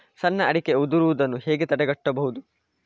ಸಣ್ಣ ಅಡಿಕೆ ಉದುರುದನ್ನು ಹೇಗೆ ತಡೆಗಟ್ಟಬಹುದು?